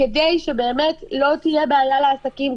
כדי שלא תהיה בעיה לעסקים,